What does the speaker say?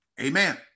Amen